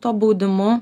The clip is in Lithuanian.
tuo baudimu